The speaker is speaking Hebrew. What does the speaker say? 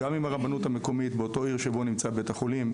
גם עם הרבנות המקומית באותה עיר שבה נמצא בית החולים,